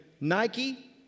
Nike